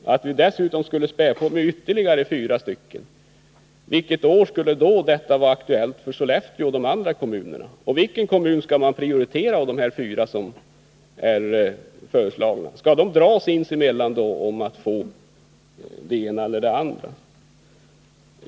Kan det då vara vettigt att späda på med ytterligare fyra stycken? Vilket år skulle då vara aktuellt för Sollefteå och de andra kommunerna? Och vilken kommun skall man prioritera av dem som är föreslagna? Skall de dra lott om den saken?